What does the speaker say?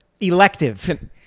elective